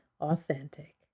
authentic